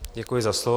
Děkuji za slovo.